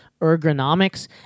ergonomics